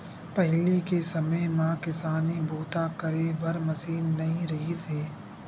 पहिली के समे म किसानी बूता करे बर मसीन नइ रिहिस हे